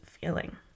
feeling